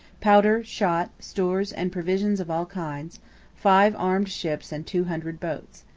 powder, shot, stores and provisions of all kinds five armed ships and two hundred boats.